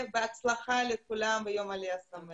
בהצלחה לכולם ויום עלייה שמח.